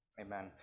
Amen